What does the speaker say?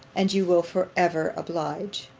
and you will for ever oblige